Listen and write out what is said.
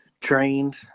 trained